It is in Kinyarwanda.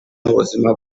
n’ubuzima